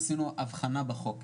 עשינו אבחנה בחוק.